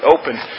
open